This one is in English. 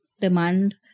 demand